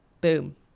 Boom